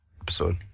episode